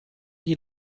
die